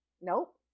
Nope